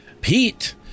Pete